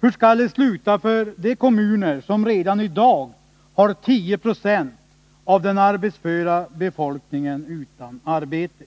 Hur skall det sluta för de kommuner som redan i dag har 10 96 av den arbetsföra befolkningen utan arbete?